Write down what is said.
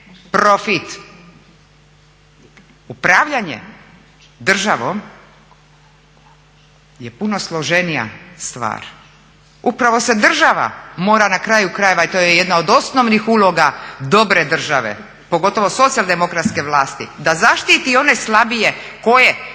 profit. Upravljanje državom je puno složenija stvar. Upravo se država mora na kraju krajeva i to joj je jedna od osnovnih uloga dobre države, pogotovo socijaldemokratske vlasti, da zaštiti one slabije kojih